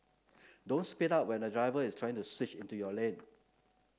don't speed up when a driver is trying to switch into your lane